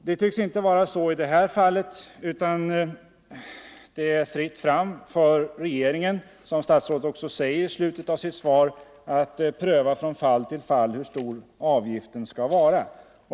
Så tycks inte vara fallet med avgiftsbeläggning enligt 136 a § byggnadslagen. Här är det, som statsrådet sade i slutet av sitt svar, fritt fram för regeringen att från fall till fall pröva avgiftens storlek.